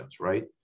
right